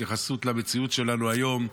בהתייחסות למציאות שלנו היום,